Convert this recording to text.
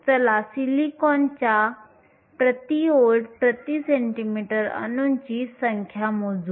चला सिलिकॉनच्या V 1 cm 3 अणूंची संख्या मोजू